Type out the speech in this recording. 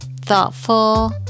thoughtful